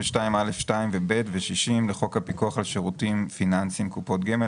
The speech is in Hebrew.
32(א)(2) ו-(ב) ו-60 לחוק הפיקוח על שירותים פיננסיים (קופות גמל),